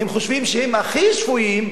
חושבים שהם הכי שפויים,